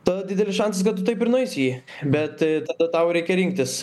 tada didelis šansas kad tu taip ir nueisi į bet tada tau reikia rinktis